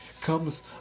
comes